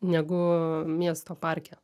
negu miesto parke